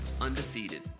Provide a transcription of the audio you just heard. undefeated